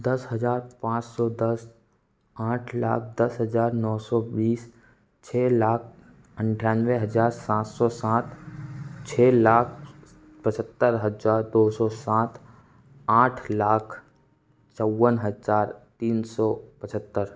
दस हजार पाँच सौ दस आठ लाख दस हजार नौ सौ बीस छः लाख अठानवे हजार सात सौ सात छः लाख पचहत्तर हजार दो सौ सात आठ लाख चौवन हजार तीन सौ पचहत्तर